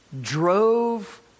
drove